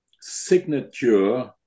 signature